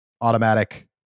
automatic